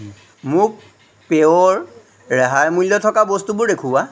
মোক পেয়ৰ ৰেহাই মূল্য থকা বস্তুবোৰ দেখুওৱা